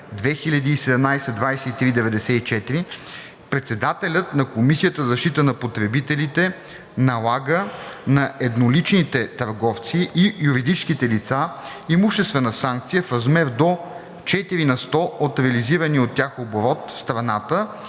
2017/2394, председателят на Комисията за защита на потребителите налага на едноличните търговци и юридическите лица имуществена санкция в размер до 4 на сто от реализирания от тях оборот в страната